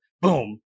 Boom